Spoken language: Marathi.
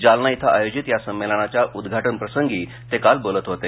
जालना इथं आयोजित या संमेलनाच्या उद्घाटनप्रसंगी ते काल बोलत होते